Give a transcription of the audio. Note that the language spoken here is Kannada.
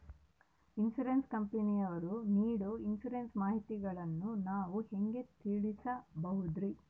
ಇನ್ಸೂರೆನ್ಸ್ ಕಂಪನಿಯವರು ನೇಡೊ ಇನ್ಸುರೆನ್ಸ್ ಮಾಹಿತಿಗಳನ್ನು ನಾವು ಹೆಂಗ ತಿಳಿಬಹುದ್ರಿ?